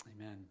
amen